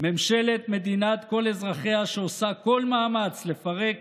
ממשלת מדינת כל אזרחיה, שעושה כל מאמץ לפרק